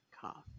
cough